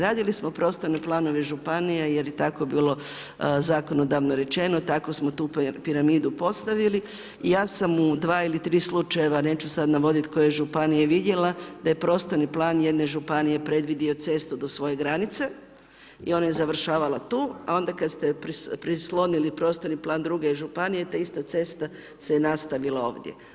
Radili smo prostorne planove županija jer je tako bilo zakonodavno rečeno, tako smo tu piramidu postavili i ja sam u dva ili tri slučaja, neću sad navoditi koje županije vidjela da je prostorni plan jedne županije predvidio cestu do svoje granice i ona je završavala tu a onda kad ste prislonili prostorni plan druge županije ta ista cesta se nastavila ovdje.